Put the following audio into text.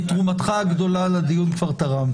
את תרומתך הגדולה לדיון כבר תרמת, אז חכה.